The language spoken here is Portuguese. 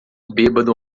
bêbado